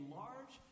large